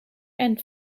and